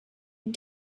and